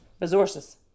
Resources